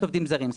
זרים,